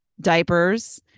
diapers